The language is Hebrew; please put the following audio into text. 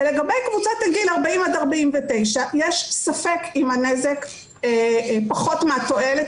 ולגבי קבוצת הגיל 40-49 יש ספק אם הנזק פחות מהתועלת,